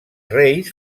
reis